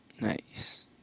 Nice